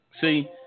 See